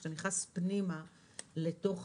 כשאתה נכנס פנימה לתוך